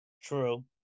True